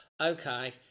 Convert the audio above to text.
okay